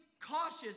cautious